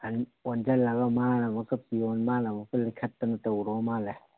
ꯑꯣꯟꯖꯤꯜꯂꯒ ꯃꯥꯅ ꯑꯃꯨꯛꯀ ꯄꯤꯌꯣꯟ ꯃꯥꯅ ꯑꯃꯨꯛꯀ ꯂꯩꯈꯠꯇꯅ ꯇꯧꯔꯨ ꯃꯥꯜꯂꯦ